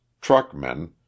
truckmen